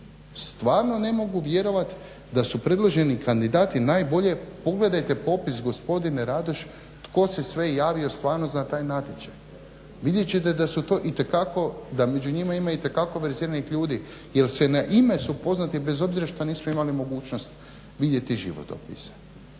stvarno ne mogu vjerovati da su predloženi kandidati najbolje pogledajte popis gospodine Radoš tko se sve javio stvarno za taj natječaj. Vidjet ćete da su to itekako, da među njima ima itekako …/Govornik se ne razumije./… ljudi jer se na ime su poznati bez obzira što nismo imali mogućnost vidjeti životopise.